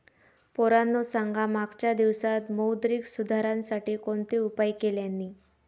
पोरांनो सांगा मागच्या दिवसांत मौद्रिक सुधारांसाठी कोणते उपाय केल्यानी?